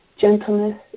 gentleness